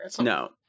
No